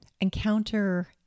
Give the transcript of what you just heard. encounter